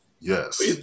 yes